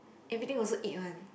everything also eat one